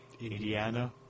Indiana